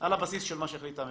על הבסיס של מה שהחליטה הממשלה.